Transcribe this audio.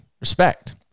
respect